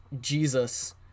Jesus